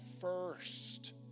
first